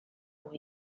muy